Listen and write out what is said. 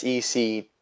SEC